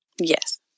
Yes